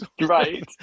right